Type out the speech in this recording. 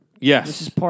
Yes